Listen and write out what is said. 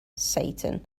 satan